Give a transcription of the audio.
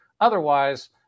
Otherwise